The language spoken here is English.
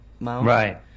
right